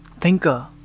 thinker